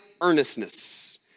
earnestness